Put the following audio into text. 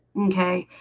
okay,